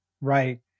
Right